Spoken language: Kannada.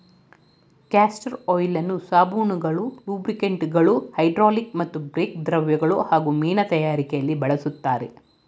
ಕ್ಯಾಸ್ಟರ್ ಆಯಿಲನ್ನು ಸಾಬೂನುಗಳು ಲೂಬ್ರಿಕಂಟ್ಗಳು ಹೈಡ್ರಾಲಿಕ್ ಮತ್ತು ಬ್ರೇಕ್ ದ್ರವಗಳು ಹಾಗೂ ಮೇಣ ತಯಾರಿಕೆಲಿ ಬಳಸ್ತರೆ